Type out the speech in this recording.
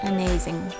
Amazing